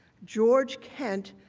george kent,